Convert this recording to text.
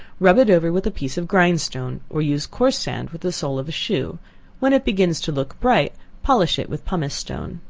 rub it over with a piece of grindstone, or use coarse sand with the sole of a shoe when it begins to look bright, polish it with pumice stone.